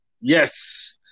Yes